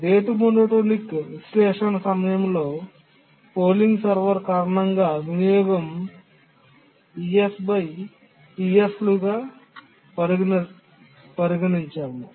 rate monotonic విశ్లేషణ సమయంలో polling server కారణంగా వినియోగం లుగా పరిగణించాము